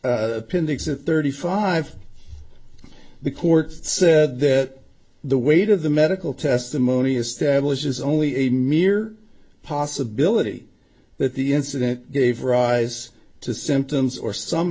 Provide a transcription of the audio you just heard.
exit thirty five the court said that the weight of the medical testimony establishes only a mere possibility that the incident gave rise to symptoms or some